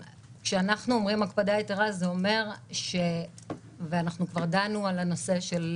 כשאנחנו אומרים הקפדה יתרה וכבר דנו על הנושא,